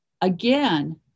again